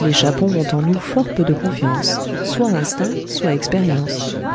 les chapons ont en nous fort peu de confiance soit instinct soit expérience